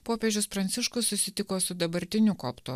popiežius pranciškus susitiko su dabartiniu koptų